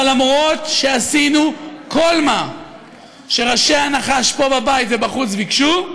אבל למרות שעשינו כל מה שראשי הנחש פה בבית ובחוץ ביקשו,